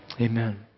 Amen